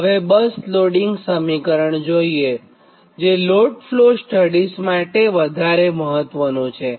હવેબસ loading સમીકરણ જોઇએજે load flow studies માટે વધારે મહત્વનું છે